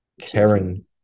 karen